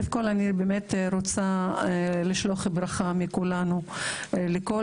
אני באמת רוצה לשלוח ברכה מכולנו לכל